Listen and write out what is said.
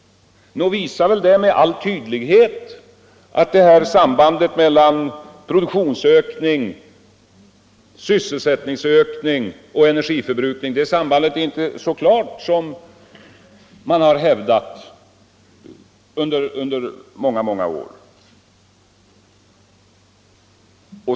Nog visar väl det med all tydlighet att sambandet mellan produktionsökning, sysselsättningsökning och energiförbrukning inte är så klart som man hävdat under många år.